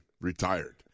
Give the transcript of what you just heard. retired